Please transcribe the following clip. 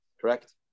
Correct